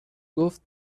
گفت